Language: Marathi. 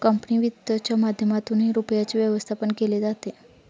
कंपनी वित्तच्या माध्यमातूनही रुपयाचे व्यवस्थापन केले जाते